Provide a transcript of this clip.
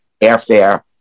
airfare